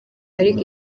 ariko